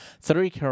three